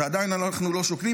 ועדיין אנחנו לא שוקלים.